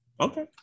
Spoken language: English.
Okay